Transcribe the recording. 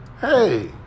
hey